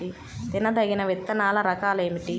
తినదగిన విత్తనాల రకాలు ఏమిటి?